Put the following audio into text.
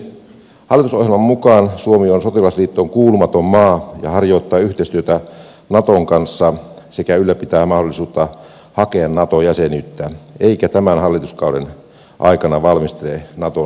hallitusohjelman mukaan suomi on sotilasliittoon kuulumaton maa ja harjoittaa yhteistyötä naton kanssa sekä ylläpitää mahdollisuutta hakea nato jäsenyyttä eikä tämän hallituskauden aikana valmistele naton jäsenyyden hakemista